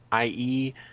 IE